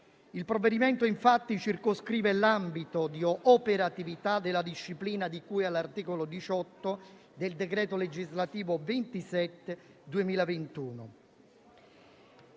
Il provvedimento, infatti, circoscrive l'ambito di operatività della disciplina di cui all'articolo 18 del decreto legislativo n.